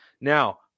Now